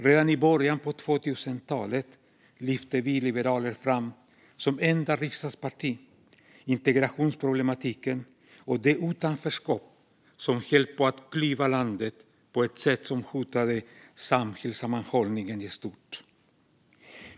Redan i början av 2000-talet lyfte vi liberaler, som enda riksdagsparti, fram integrationsproblematiken och det utanförskap som höll på att klyva landet på ett sätt som hotade samhällssammanhållningen i stort.